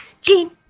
gene